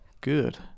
good